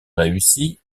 réussie